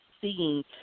seeing